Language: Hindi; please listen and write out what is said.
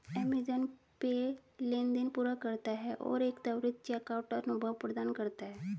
अमेज़ॅन पे लेनदेन पूरा करता है और एक त्वरित चेकआउट अनुभव प्रदान करता है